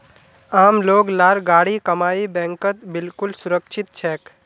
आम लोग लार गाढ़ी कमाई बैंकत बिल्कुल सुरक्षित छेक